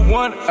one